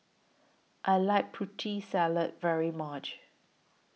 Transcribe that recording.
I like Putri Salad very much